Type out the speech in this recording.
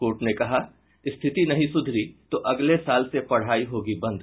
court ने कहा स्थिति नहीं सुधरी तो अगले साल से पढ़ाई होगी बंद